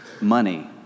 money